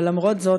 אבל למרות זאת,